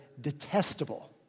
detestable